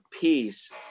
peace